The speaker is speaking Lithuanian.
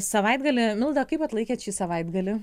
savaitgalį milda kaip atlaikėt šį savaitgalį